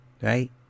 Right